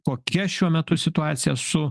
kokia šiuo metu situacija su